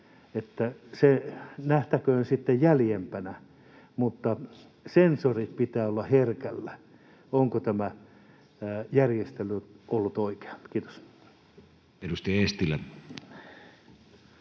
Se nähtäköön sitten jäljempänä, mutta sensoreiden pitää olla herkällä, onko tämä järjestely ollut oikea. — Kiitos. Edustaja Eestilä.